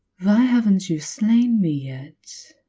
why haven't you slain me yet?